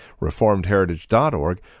reformedheritage.org